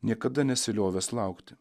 niekada nesiliovęs laukti